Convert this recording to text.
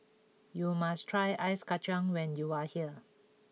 you must try Ice Kacang when you are here